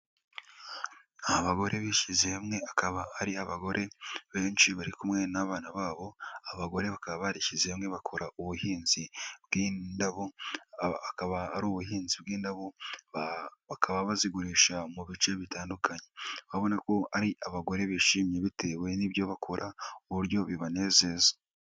Abagore bishyize hamwe akaba ari abagore benshi bari kumwe n'abana babo, aba abagore bakaba barishyize hamwe bakora ubuhinzi bw'indaboba, akaba ari ubuhinzi bw'indabo bakaba bazigurisha mu bice bitandukanye, urabona ko ari abagore bishimye bitewe n'ibyo bakora ku buryo bibanezeza.